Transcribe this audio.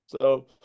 So-